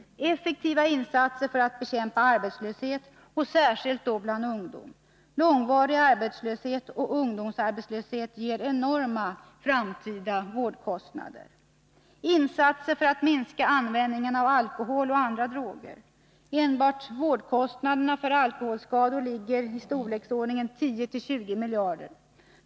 —- Effektiva insatser för att bekämpa arbetslöshet, särskilt då bland ungdomar. Långvarig arbetslöshet och ungdomsarbetslöshet ger enorma framtida vårdkostnader: —- Insatser för att minska användningen av alkohol och andra droger. Enbart vårdkostnaderna för alkoholskador är av storleksordningen 10-20 miljarder.